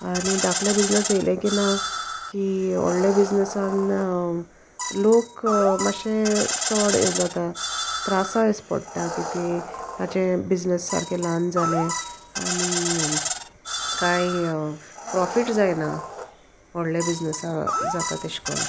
आनी धाकले बिजनस येयले की ना की व्होडले बिजनसान लोक मातशे चड हे जाता त्रासां येसो पडटा की ते ताचे बिजनस सारके ल्हान जालें आनी कांय प्रॉफीट जायना व्हडले बिजनसा जाता तेश कोन